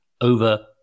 over